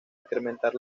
incrementar